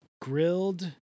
Grilled